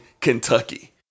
Kentucky